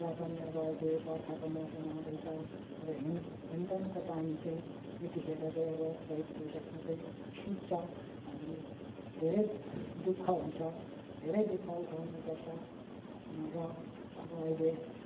र पनि अब अहिले बर्खाको मौसम आउँदैछ अब ह्यान्ड ह्यान्ड पम्पको पानी चाहिँ यतिखेर चाहिँ अब चैत बैसाखमा चाहिँ सुक्छ अनि धेरै दुःख हुन्छ धेरै दुःख उठाउनुपर्छ र अब अहिले